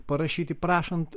parašyti prašant